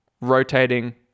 rotating